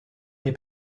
dei